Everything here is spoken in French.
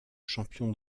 champion